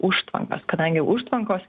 užtvankas kadangi užtvankos